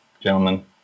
gentlemen